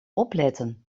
opletten